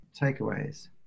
takeaways